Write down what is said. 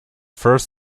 first